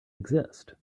exist